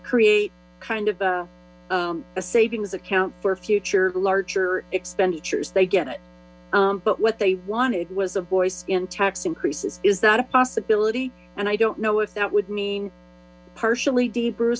create kind of a savings account for future larger expenditures they get it but what they wanted was a voice in tax increases is that a possibility and i don't know if that would mean partially